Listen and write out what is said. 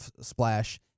splash